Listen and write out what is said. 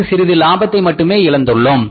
அங்கு சிறிது லாபத்தை மட்டுமே இழந்துள்ளோம்